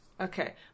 Okay